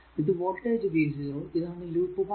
ഇത് voltage v 0 ഇതാണ് loop 1